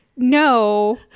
no